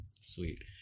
sweet